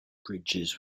bridges